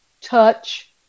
touch